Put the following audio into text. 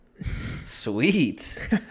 sweet